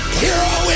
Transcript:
hero